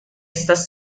estas